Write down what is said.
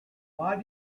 why